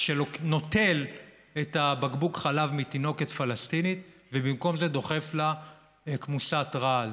שנוטל את בקבוק החלב מתינוקת פלסטינית ובמקום זה דוחף לה כמוסת רעל.